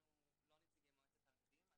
אנחנו לא נציגי מועצת התלמידים.